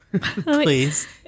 Please